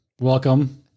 Welcome